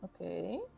Okay